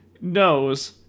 knows